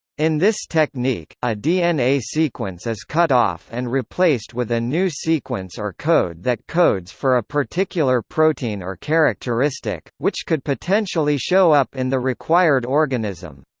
in this technique, a dna sequence is cut off and replaced with a new sequence or code that codes for a particular protein or characteristic, which could potentially show up in the required organism.